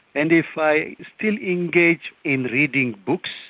and if i still engage in reading books,